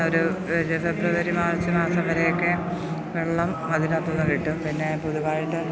ഒരു February March മാസം വരെയൊക്കെ വെള്ളം അതിനകത്തുനിന്ന് കിട്ടും പിന്നെ പൊതുവായിട്ട്